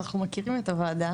אנחנו מכירים את הוועדה.